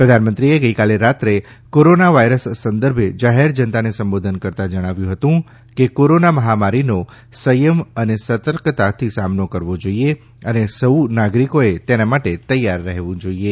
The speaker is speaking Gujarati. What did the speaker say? પ્રધાનમંત્રીએ ગઇકાલે રાત્રે કોરોના વાયરસ સંદર્ભે જાહેર જનતાને સંબોધન કરતા જણાવ્યું હતુ કે કોરોના મહામારીનો સંયમ અને સતર્કતાથી સામનો કરવો જોઇએ અને સૌ નાગરીકોએ તેના માટે તૈયાર રહેવું જોઇએ